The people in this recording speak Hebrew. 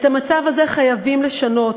את המצב הזה חייבים לשנות.